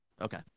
Okay